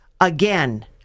again